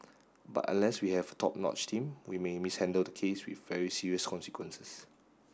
but unless we have a top notch team we may mishandle the case with very serious consequences